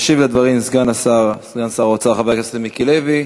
ישיב על הדברים סגן שר האוצר חבר הכנסת מיקי לוי.